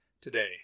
today